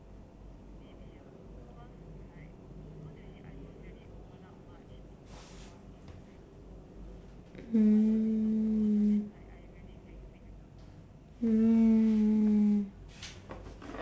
mm